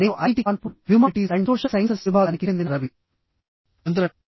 నేను IIT Kanpur humanities and social sciences విభాగానికి చెందిన రవి చంద్రన్